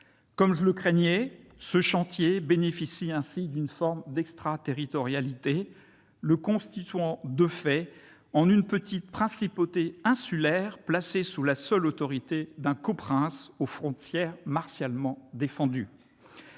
Comme je le craignais, ce chantier bénéficie ainsi d'une forme d'extraterritorialité, le constituant de fait en une petite principauté insulaire placée sous la seule autorité d'un coprince et aux frontières martialement défendues